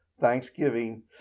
thanksgiving